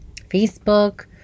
Facebook